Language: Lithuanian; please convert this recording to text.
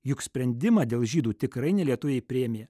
juk sprendimą dėl žydų tikrai ne lietuviai priėmė